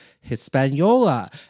Hispaniola